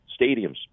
Stadiums